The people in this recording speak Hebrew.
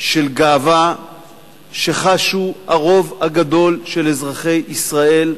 של גאווה שחשו הרוב הגדול של אזרחי ישראל,